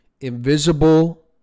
invisible